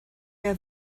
have